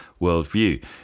worldview